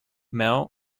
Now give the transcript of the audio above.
mel